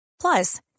Plus